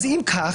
אם כך,